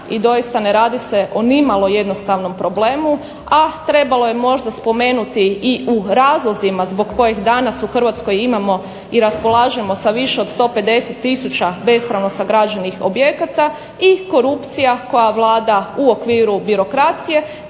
i doista ne radi se o ni malo jednostavnom problemu, a trebalo je možda spomenuti i u razlozima zbog kojih danas u Hrvatskoj imamo i raspolažemo sa više od 150000 bespravno sagrađenih objekata i korupcija koja vlada u okviru birokracije